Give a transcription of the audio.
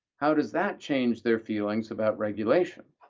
how does that change their feelings about regulation?